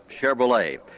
Chevrolet